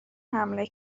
حمله